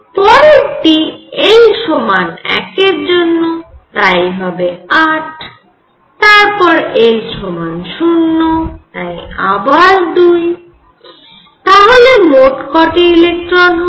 পরেরটি l সমান 1এর জন্য তাই হবে 8 তারপর l সমান 0 তাই আবার 2 তাহলে মোট কটি ইলেকট্রন হল